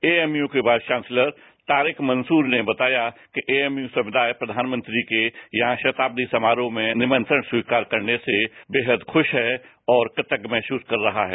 AMU के vice chancellor Tariq Mansoor ने बताया कि एएमयू समुदाय प्रधानमंत्री के यहां शताब्दी समारोह में निमंत्रण स्वीकार करने से बेहद खुश हैऔर कृतज्ञ महसूस कर रहा है